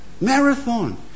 Marathon